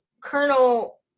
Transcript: Colonel